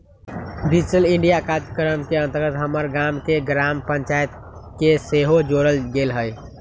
digital India काजक्रम के अंतर्गत हमर गाम के ग्राम पञ्चाइत के सेहो जोड़ल गेल हइ